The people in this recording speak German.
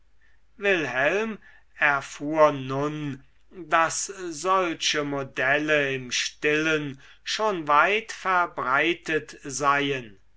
wilhelm erfuhr nun daß solche modelle im stillen schon weit verbreitet seien